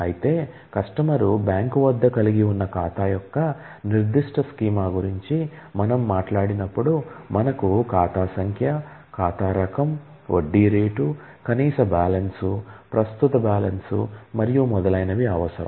అయితే customer bank వద్ద కలిగి ఉన్న ఖాతా యొక్క నిర్దిష్ట స్కీమా గురించి మనము మాట్లాడినప్పుడు మనకు ఖాతా సంఖ్య ఖాతా రకం వడ్డీ రేటు కనీస బ్యాలెన్స్ ప్రస్తుత బ్యాలెన్స్ మరియు మొదలైనవి అవసరం